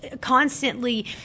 constantly